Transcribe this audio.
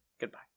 Goodbye